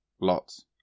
Lots